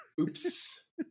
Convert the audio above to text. Oops